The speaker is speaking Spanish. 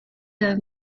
edad